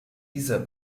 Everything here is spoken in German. dieser